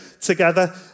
together